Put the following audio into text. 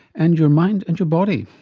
and your mind and your body.